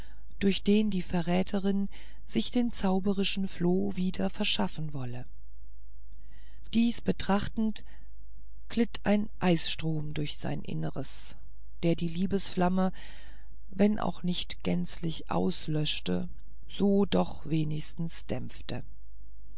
durch den die verräterin sich den zauberischen floh wiederverschaffen wolle dies betrachtend glitt ein eisstrom durch sein inneres der die liebesflammen wenn auch nicht gänzlich auslöschte so doch wenigstens dämpfte